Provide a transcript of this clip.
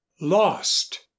Lost